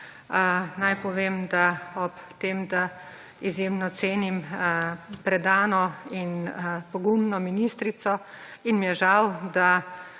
Naj povem, ob tem da izjemno cenim predano in pogumno ministrico in mi je žal, da